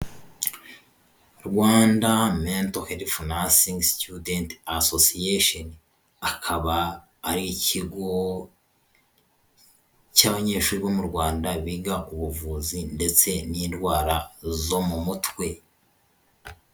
Rwanda mento herifu nasingi situdenti asosiyesheni. Akaba ari ikigo cy'abanyeshuri bo mu Rwanda biga ubuvuzi ndetse n'indwara zo mu mutwe.